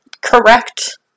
correct